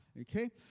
Okay